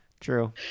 True